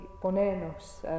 ponernos